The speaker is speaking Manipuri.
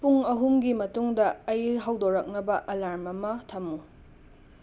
ꯄꯨꯡ ꯑꯍꯨꯝꯒꯤ ꯃꯇꯨꯡꯗꯥ ꯑꯩ ꯍꯧꯗꯣꯔꯛꯅꯕꯥ ꯑꯂꯥꯔꯝ ꯑꯃ ꯊꯝꯃꯨ